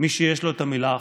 מי שיש לו את המילה האחרונה.